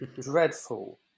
dreadful